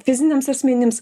fiziniams asmenims